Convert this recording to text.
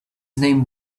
name